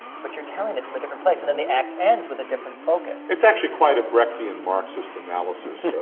but you're telling it from a different place. and then, the act ends with a different focus. it's actually quite a brechtian-marxist analysis